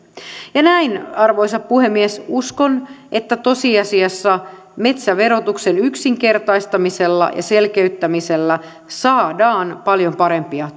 ja näin arvoisa puhemies uskon että tosiasiassa metsäverotuksen yksinkertaistamisella ja selkeyttämisellä saadaan paljon parempia